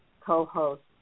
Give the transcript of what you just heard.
co-host